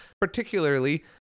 particularly